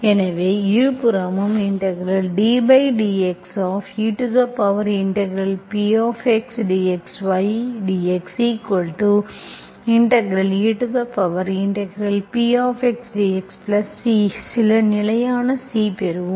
எனவே x இருபுறமும் ddxePxdx ydxePdx qxdxC சில நிலையான C பெறுவோம்